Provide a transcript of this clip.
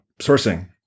sourcing